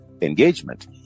engagement